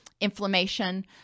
inflammation